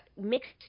mixed